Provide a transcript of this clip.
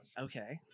okay